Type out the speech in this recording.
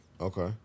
Okay